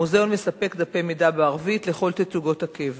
המוזיאון מספק דפי מידע בערבית לכל תצוגות הקבע.